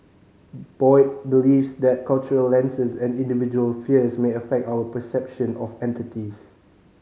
Boyd believes that cultural lenses and individual fears may affect our perception of entities